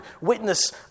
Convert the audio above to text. witness